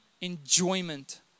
enjoyment